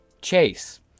Chase